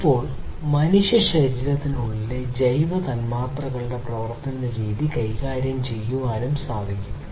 ഇപ്പോൾ മനുഷ്യശരീരത്തിനുള്ളിലെ ജൈവ തന്മാത്രകളുടെ പ്രവർത്തനരീതി കൈകാര്യം ചെയ്യാനും സാധിക്കും